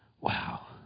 Wow